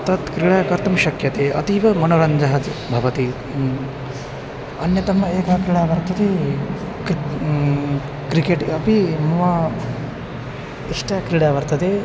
तत् क्रीडा कर्तुं शक्यते अतीव मनोरञ्जं स् भवति अन्यतमा एका क्रीडा वर्तते क्रि क्रिकेट् अपि मम इष्टक्रीडा वर्तते